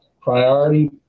priority